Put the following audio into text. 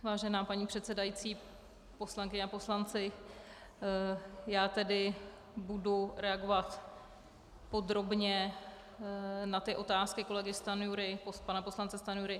Vážená paní předsedající, poslankyně a poslanci, já tedy budu reagovat podrobně na ty otázky kolegy Stanjury, pana poslance Stanjury.